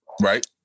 Right